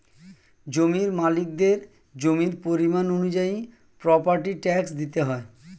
জমির মালিকদের জমির পরিমাণ অনুযায়ী প্রপার্টি ট্যাক্স দিতে হয়